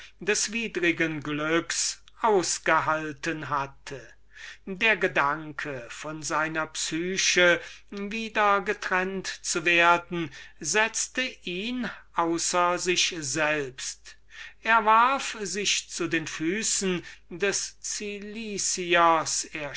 des widrigen glücks ausgehalten hatte der gedanke von seiner psyche wieder getrennt zu werden setzte ihn außer sich selbst er warf sich zu den füßen des